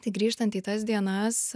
tai grįžtant į tas dienas